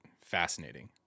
fascinating